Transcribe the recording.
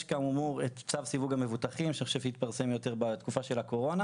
יש כאמור את צו סיווג המבוטחים שעכשיו התפרסם יותר בתקופה של הקורונה,